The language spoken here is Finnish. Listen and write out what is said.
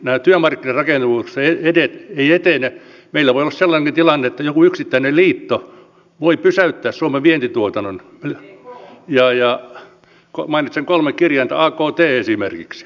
meillä voi olla sellainenkin tilanne että joku yksittäinen liitto voi pysäyttää suomen vientituotannon ja mainitsen kolme kirjainta akt esimerkiksi